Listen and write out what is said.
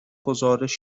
گزارش